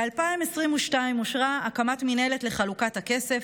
ב-2022 אושרה הקמת מינהלת לחלוקת הכסף.